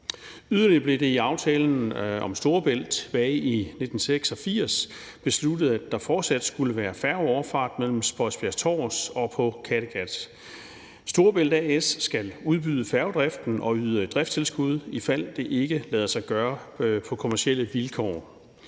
Yderligere blev det i aftalen om Storebæltsforbindelsen tilbage i 1986 besluttet, at der fortsat skulle være færgeoverfart mellem Spodsbjerg-Tårs og på Kattegat. A/S Storebælt skal udbyde færgedriften og yde driftstilskud, i fald det ikke lader sig gøre på kommercielle vilkår.